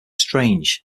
strange